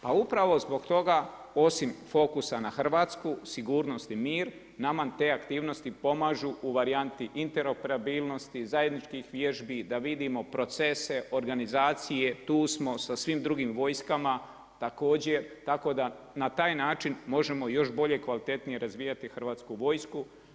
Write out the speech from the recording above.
Pa upravo zbog toga osim fokusa na Hrvatsku, sigurnost i mir nama te aktivnosti pomažu u varijanti interoperabilnosti, zajedničkih vježbi da vidimo procese, organizacije, tu smo sa svim drugim vojskama, također, tako da na taj način možemo još bolje i kvalitetnije razvijati Hrvatsku vojsku.